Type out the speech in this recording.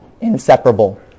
inseparable